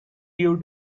you